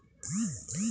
Barcode update করে দিন?